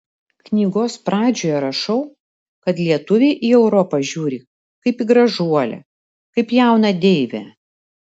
knygos pradžioje rašau kad lietuviai į europą žiūri kaip į gražuolę kaip jauną deivę